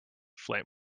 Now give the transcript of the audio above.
flame